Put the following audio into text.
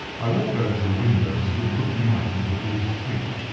i walked over to the window, and stood looking out into the busy street.